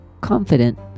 confident